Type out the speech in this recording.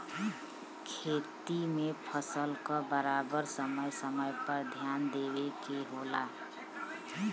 खेती में फसल क बराबर समय समय पर ध्यान देवे के होला